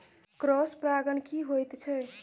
Cross परागण की होयत छै?